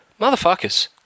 Motherfuckers